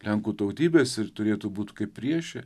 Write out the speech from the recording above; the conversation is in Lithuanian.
lenkų tautybės ir turėtų būt kaip priešė